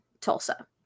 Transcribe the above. Tulsa